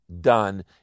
done